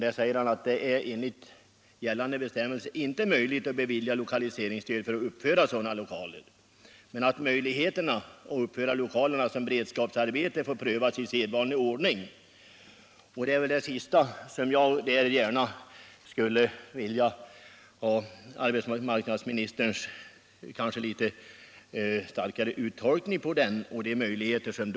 ”Det är enligt gällande bestämmelser inte möjligt att bevilja lokaliseringsstöd för att uppföra sådana lokaler. Möjligheterna att uppföra lokalerna som beredskapsarbete får prövas i sedvanlig ordning”, säger arbetsmarknadsministern. Det är den sista meningen som jag gärna skulle vilja ha arbetsmarknadsministerns litet klarare uttolkning av. Vilka möjligheter föreligger egentligen?